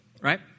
right